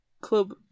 club